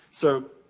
so,